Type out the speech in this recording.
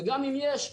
וגם אם יש,